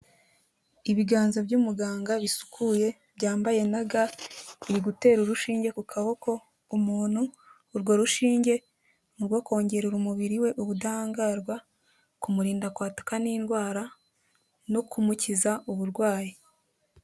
Ibiganza by'umuganga bisukuye byambaye na ga, biri gutera urushinge ku kaboko umuntu, urwo rushinge ni urwo kongerera umubiri we ubudahangarwa, kumurinda kwadura n'indwara no kumukiza uburwayi.